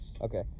Okay